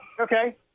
okay